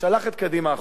שלח את קדימה החוצה.